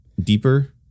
deeper